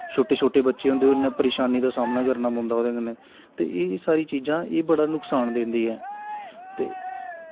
छोटे छोटे बच्चे होंदे उ'नें गी परेशानी दा सामना करना पौंदा ओह्दै कन्नै ते एह् सारी चीज़ां बड़ा नुकसान दिंदियां न ते